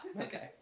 Okay